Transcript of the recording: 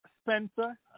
Spencer